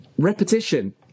repetition